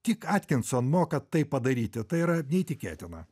tik atkinson moka tai padaryti tai yra neįtikėtina